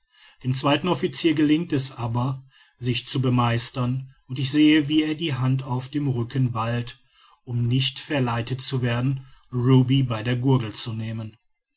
dem zweiten officier gelingt es aber sich zu bemeistern und ich sehe wie er die hand auf dem rücken ballt um nicht verleitet zu werden ruby bei der gurgel zu nehmen